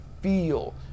feel